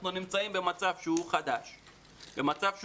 אנחנו נמצאים במצב חדש וקשה.